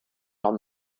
leurs